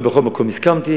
לא בכל מקום הסכמתי.